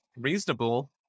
reasonable